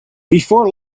before